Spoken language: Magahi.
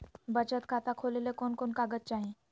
बचत खाता खोले ले कोन कोन कागज चाही?